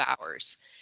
hours